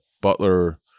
Butler